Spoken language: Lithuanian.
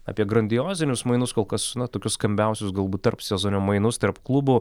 apie grandiozinius mainus kol kas na tokius skambiausius galbūt tarpsezonio mainus tarp klubų